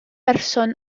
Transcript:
berson